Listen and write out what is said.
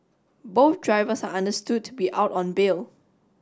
both drivers are understood to be out on bail